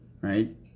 right